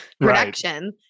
production